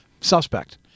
suspect